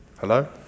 Hello